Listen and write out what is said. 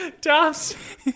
Tom's